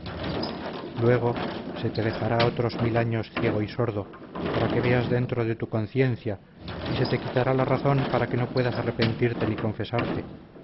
luego se te dejará otros mil años ciego y sordo para que veas dentro de tu conciencia y se te quitará la razón para que no puedas arrepentirte ni confesarte